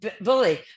bully